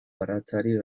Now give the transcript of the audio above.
baratzari